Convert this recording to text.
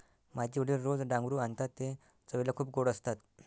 माझे वडील रोज डांगरू आणतात ते चवीला खूप गोड असतात